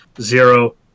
zero